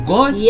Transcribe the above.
God